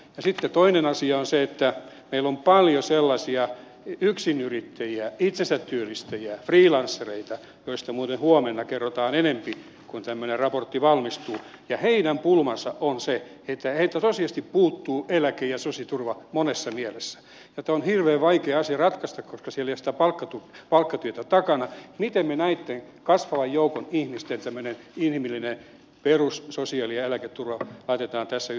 sitten toinen asia on se että meillä on paljon sellaisia yksinyrittäjiä itsensätyöllistäjiä freelancereita joista muuten huomenna kerrotaan enempi kun tämmöinen raportti valmistuu ja heidän pulmansa on se että heiltä tosiasiallisesti puuttuu eläke ja sosiaaliturva monessa mielessä ja tämä on hirveän vaikea asia ratkaista koska siellä ei ole sitä palkkatyötä takana miten me näitten kasvavan joukon ihmisten tämmöisen inhimillisen perus sosiaali ja eläketurvan laitamme tässä yhteydessä kuntoon